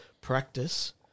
practice